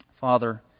Father